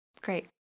Great